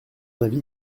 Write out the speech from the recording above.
avis